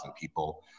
people